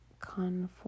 conform